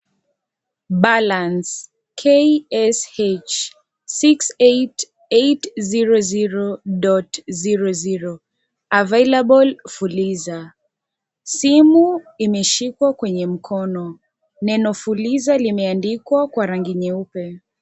Balance Ksh 688800.00 Available fuliza . Simu imeshikwa kwenye mkono. Neno fuliza limeandikwa kwa rangi nyeupe.